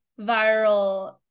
viral